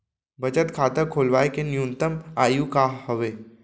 बचत खाता खोलवाय के न्यूनतम आयु का हवे?